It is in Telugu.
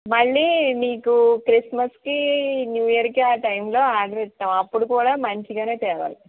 మళ్ళీ నీకూ క్రిస్మస్కీ న్యూఇయర్కి ఆ టైంలో ఆర్డర్ ఇస్తాము అప్పుడు కూడా మంచిగానే తేవాలి